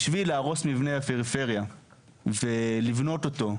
בשביל להרוס מבנה בפריפריה ולבנות אותו,